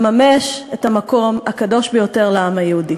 לממש את המקום הקדוש ביותר לעם היהודי.